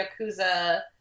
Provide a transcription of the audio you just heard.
Yakuza